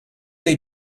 they